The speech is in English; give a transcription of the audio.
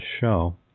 show